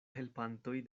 helpantoj